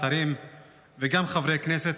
שרים וגם חברי כנסת,